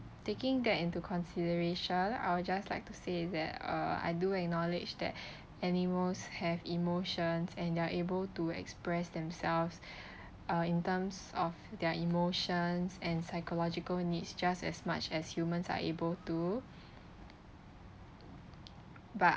taking that into consideration I'll just like to say that uh I do acknowledge that animals have emotions and they're able to express themselves uh in terms of their emotions and psychological needs just as much as humans are able to but